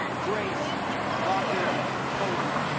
grace lockard posie